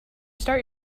start